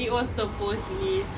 it was supposed to be